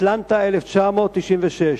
אטלנטה 1996,